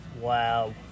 Wow